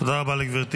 תודה רבה לגברתי.